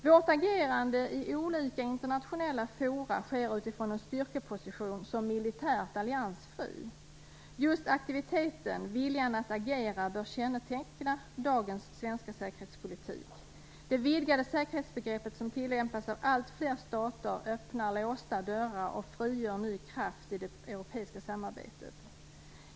Vårt agerande i olika internationella forum sker utifrån en styrkeposition som militärt alliansfri. Just aktiviteten, viljan att agera, bör känneteckna dagens svenska säkerhetspolitik. Det vidgade säkerhetsbegrepp som tillämpas av alltfler stater öppnar låsta dörrar och frigör ny kraft i det europeiska samarbetet.